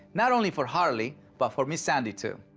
not only for harley, but for miss sandy, too.